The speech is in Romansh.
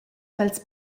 pels